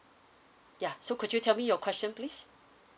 ya so could you tell me your question please